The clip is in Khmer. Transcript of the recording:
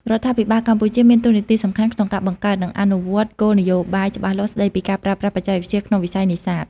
រដ្ឋាភិបាលកម្ពុជាមានតួនាទីសំខាន់ក្នុងការបង្កើត និងអនុវត្តគោលនយោបាយច្បាស់លាស់ស្ដីពីការប្រើប្រាស់បច្ចេកវិទ្យាក្នុងវិស័យនេសាទ។